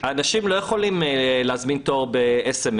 אנשים לא יכולים להזמין תור במסרון.